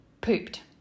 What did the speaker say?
pooped